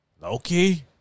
Loki